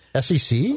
SEC